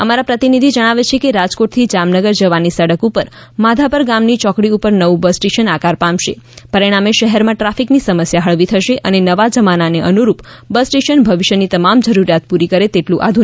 અમારા પ્રતિનિધિ જણાવે છે કે રાજકોટથી જામનગર જવાની સડક ઉપર માધાપર ગામની ચોકડી ઉપર નવું બસ સ્ટેશન આકાર પામશે પરિણામે શહેરમાં ટ્રાફિકની સમસ્યા હળવી થશે અને નવા જમાનાને અનુરૂપ બસ સ્ટેશન ભવિષ્યની તમામ જરૂરિયાત પૂરી કરે એટલું આધુનિક બનાવશે